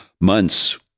months